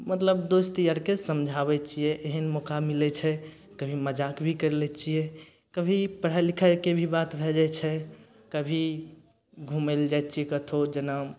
मतलब दोस्त यारके समझाबय छियै एहन मौका मिलय छै कभी मजाक भी करि लै छियै कभी पढ़ाइ लिखाइके भी बात भए जाइ छै कभी घुमय लए जाइ छियै कतहो जेना